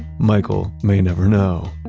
michael may never know.